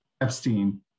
Epstein